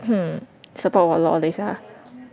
mm support 我的 or 等一下 ah